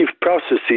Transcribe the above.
processes